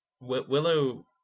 Willow